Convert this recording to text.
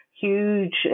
Huge